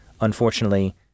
unfortunately